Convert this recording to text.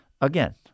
again